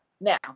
Now